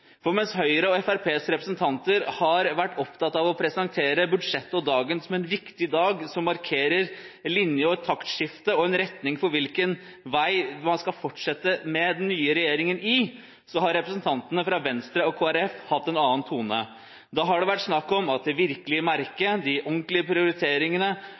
Mens Høyres og Fremskrittspartiets representanter har vært opptatt av å presentere budsjettet og dagen som en viktig dag som markerer en linje, et taktskifte og en retning for på hvilken vei man skal fortsette med den nye regjeringen, har representantene fra Venstre og Kristelig Folkeparti hatt en annen tone. Da har det vært snakk om at det virkelige merket, de ordentlige prioriteringene